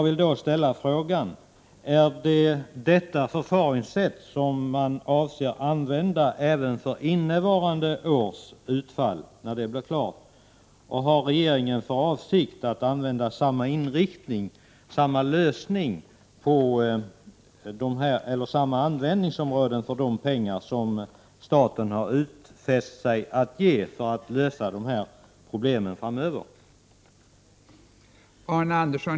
Är det detta förfaringssätt som regeringen avser att använda även för innevarande års utfall, när det blir klart? Har regeringen för avsikt att använda de pengar som staten har utfäst sig att ge för att lösa dessa problem framöver på samma användningsområden?